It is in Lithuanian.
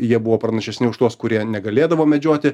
jie buvo pranašesni už tuos kurie negalėdavo medžioti